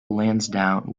lansdowne